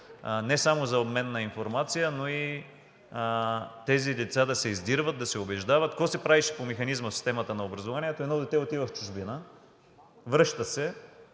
не само за обмен на информация, но и тези лица да се издирват, да се убеждават. Какво се правеше по механизма в системата на образованието? Едно дете отива в чужбина, връща се,